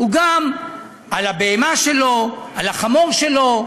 היא גם על הבהמה שלו, על החמור שלו,